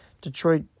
Detroit